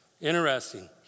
Interesting